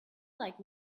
like